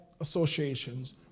associations